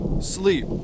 sleep